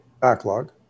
backlog